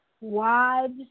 wives